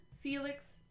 Felix